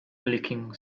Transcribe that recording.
clicking